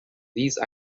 these